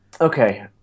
Okay